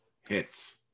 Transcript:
hits